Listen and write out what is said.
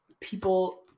people